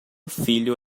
filho